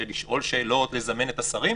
של שאלת שאלות וזימון השרים,